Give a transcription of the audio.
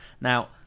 Now